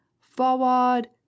forward